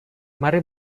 mari